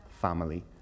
family